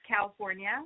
California